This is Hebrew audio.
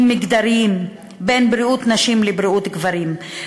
מגדריים בין בריאות נשים לבריאות גברים,